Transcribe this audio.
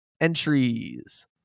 entries